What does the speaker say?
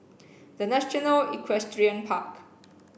the National Equestrian Park